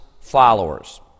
followers